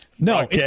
No